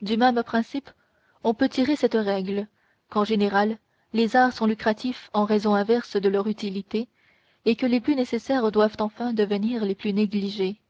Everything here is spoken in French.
du même principe on peut tirer cette règle qu'en général les arts sont lucratifs en raison inverse de leur utilité et que les plus nécessaires doivent enfin devenir les plus négligés